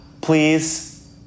please